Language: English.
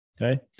Okay